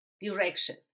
direction